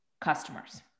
customers